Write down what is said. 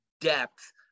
depth